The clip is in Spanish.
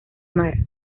mar